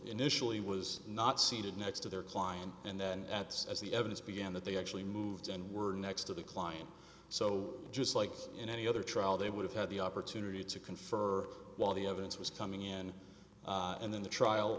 initially was not seated next to their client and then that's as the evidence began that they actually moved and were next to the client so just like in any other trial they would have had the opportunity to confer while the evidence was coming in and then the trial